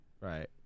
Right